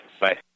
Bye